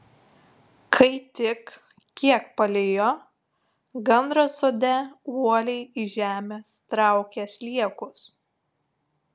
kai tik kiek palijo gandras sode uoliai iš žemės traukė sliekus